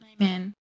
Amen